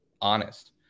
honest